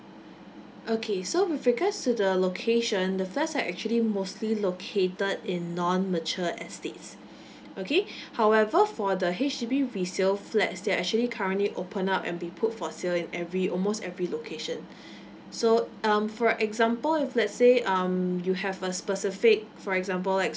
okay so with regards to the location the flats are actually mostly located in non mature estates okay however for the H_D_B resale flats they're actually currently open up and be put for sale in every almost every location so um for example if let's say um you have a specific for example like